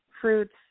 fruits